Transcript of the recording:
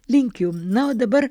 linkiu na o dabar